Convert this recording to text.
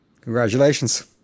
Congratulations